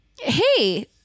Hey